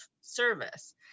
service